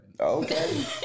okay